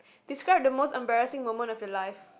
describe the most embarrassing moment of your life